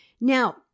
Now